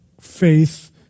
faith